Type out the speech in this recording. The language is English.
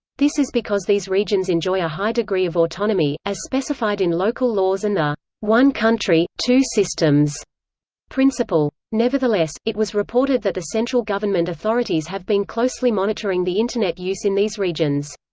this is because these regions enjoy a high degree of autonomy, as specified in local laws and the one country, two systems principle. nevertheless, it was reported that the central government authorities have been closely monitoring the internet use in these regions.